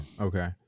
Okay